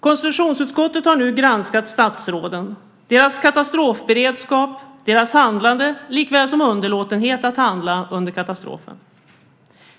Konstitutionsutskottet har nu granskat statsråden, deras katastrofberedskap och deras handlande likväl som underlåtenhet att handla under katastrofen.